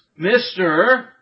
Mr